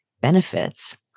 benefits